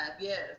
Yes